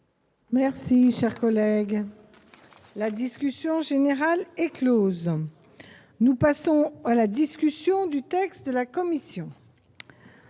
ses responsabilités »! La discussion générale est close. Nous passons à la discussion du texte de la commission.